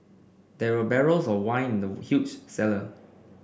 there were barrels of wine in the huge cellar